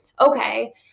okay